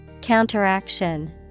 Counteraction